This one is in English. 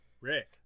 Rick